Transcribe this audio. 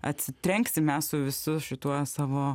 atsitrenksim mes su visu šituo savo